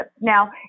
Now